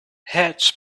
heads